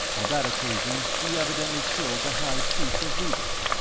on that occasion he evidently killed the high priest of voodoo.